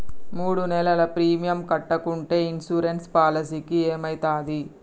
మూడు నెలలు ప్రీమియం కట్టకుంటే ఇన్సూరెన్స్ పాలసీకి ఏమైతది?